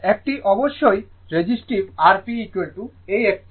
একটি অবশ্যই resistive Rp এই একটি এবং XP এটি